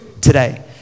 today